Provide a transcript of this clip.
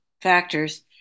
factors